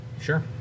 Sure